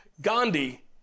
Gandhi